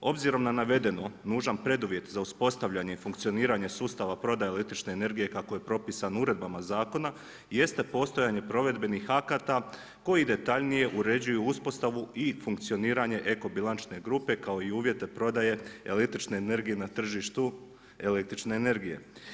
Obzirom na navedeno nužan preduvjet za uspostavljanje i funkcioniranje sustava prodaje električne energije kako je propisano uredbama zakona jeste postojanje provedbenih akta koji detaljnije uređuju uspostavu i funkcioniranje eko bilančne grupe kao i uvjete prodaje električne energije na tržištu električne energije.